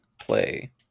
play